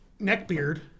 neckbeard